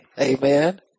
Amen